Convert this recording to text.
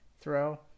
throw